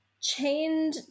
chained